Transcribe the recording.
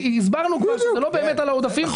הסברנו כבר שזה לא באמת על העודפים כי